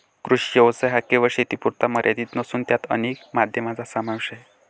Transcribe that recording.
कृषी व्यवसाय हा केवळ शेतीपुरता मर्यादित नसून त्यात अनेक माध्यमांचा समावेश आहे